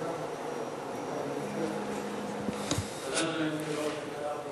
את הנושא לוועדת העבודה, הרווחה והבריאות